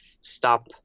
stop